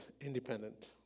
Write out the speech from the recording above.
independent